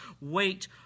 wait